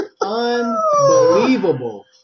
Unbelievable